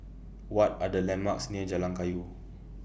What Are The landmarks near Jalan Kayu